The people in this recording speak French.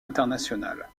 internationale